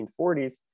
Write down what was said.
1940s